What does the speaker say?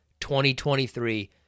2023